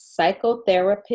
psychotherapist